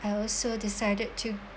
I also decided to